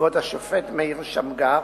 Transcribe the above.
כבוד השופט מאיר שמגר.